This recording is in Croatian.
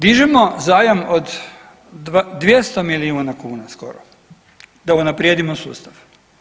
Dižemo zajam od 200 milijuna kuna skoro da unaprijedimo sustav.